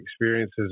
experiences